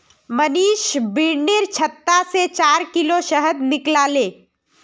मनीष बिर्निर छत्ता से चार किलो शहद निकलाले